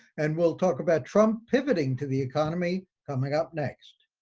and we'll talk about trump pivoting to the economy coming up next.